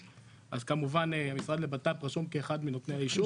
אז כמובן המשרד לבטחון פנים רשום כאחד מנותני האישור.